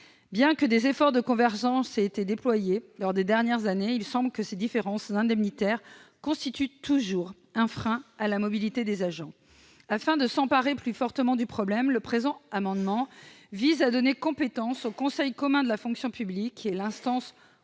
Bien que des efforts de convergence aient été déployés au cours des dernières années, il semble que ces différences indemnitaires constituent toujours un frein à la mobilité des agents. Afin de s'emparer plus vigoureusement du problème, le présent amendement vise à donner compétence au Conseil commun de la fonction publique, l'instance